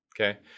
okay